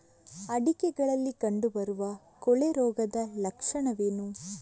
ಅಡಿಕೆಗಳಲ್ಲಿ ಕಂಡುಬರುವ ಕೊಳೆ ರೋಗದ ಲಕ್ಷಣವೇನು?